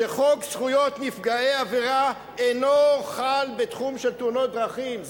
חוק זכויות נפגעי עבירה אינו חל בתחום של תאונות דרכים,